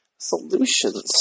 Solutions